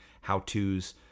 how-tos